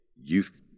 youth